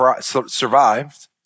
survived